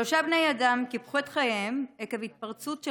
שלושה בני אדם קיפחו את חייהם עקב התפרצות של